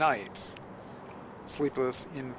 night sleepless in